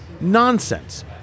nonsense